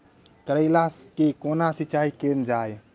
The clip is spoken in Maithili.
करैला केँ कोना सिचाई कैल जाइ?